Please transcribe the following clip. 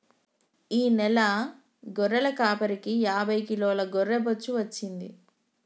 ఈ నెల గొర్రెల కాపరికి యాభై కిలోల గొర్రె బొచ్చు వచ్చింది